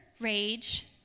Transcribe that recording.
rage